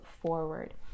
forward